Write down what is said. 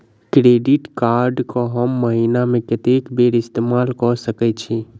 Credit card कऽ हम महीना मे कत्तेक बेर इस्तेमाल कऽ सकय छी?